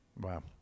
Wow